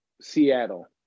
Seattle